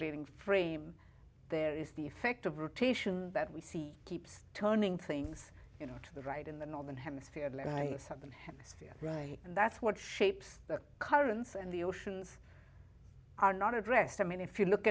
reading frame there is the effect of rotation that we see keeps turning things you know to the right in the northern hemisphere southern hemisphere and that's what shapes the currents and the oceans are not addressed i mean if you look